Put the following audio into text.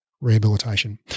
Rehabilitation